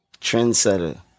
Trendsetter